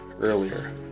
earlier